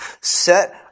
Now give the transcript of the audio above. set